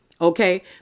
Okay